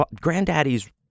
granddaddy's